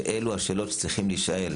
שאלו השאלות שצריכים להישאל,